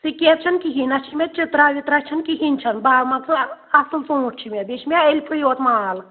سِکیب چھَنہٕ کِہیٖنۍ نہ چھِ مےٚ چِترا وِترا چھَنہٕ کِہیٖنۍ چھَنہٕ بہ مان ژٕ اَصٕل ژوٗنٛٹھۍ چھُ مےٚ بیٚیہِ چھِ مےٚ ألفٕے یوت مال